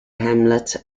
hamlet